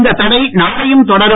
இந்த தடை நாளையும் தொடரும்